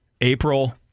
April